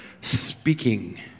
speaking